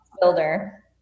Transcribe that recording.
builder